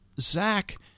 Zach